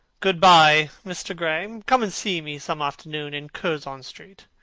good-bye, mr. gray. come and see me some afternoon in curzon street.